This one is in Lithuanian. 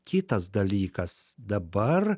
kitas dalykas dabar